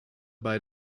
bei